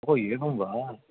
ओहो एवं वा